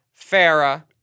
Farah